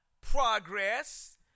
progress